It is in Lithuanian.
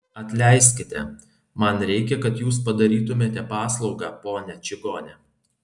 atleiskite man reikia kad jūs padarytumėte paslaugą ponia čigone